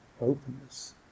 openness